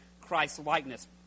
Christ-likeness